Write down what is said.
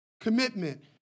Commitment